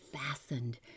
fastened